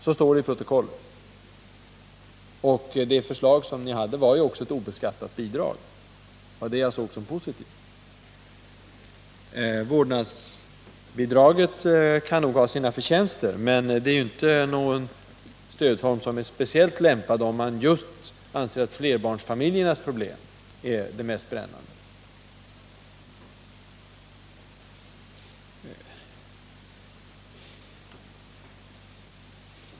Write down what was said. Så står det i protokollet. Det förslag ni hade var också ett obeskattat bidrag, och det var det jag såg som positivt. Vårdnadsbidraget kan nog ha sina förtjänster. Men det är inte en stödform som är speciellt lämpad om flerbarnsfamiljernas problem är de mest brännande.